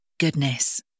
goodness